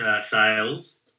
sales